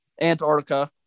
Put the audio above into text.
antarctica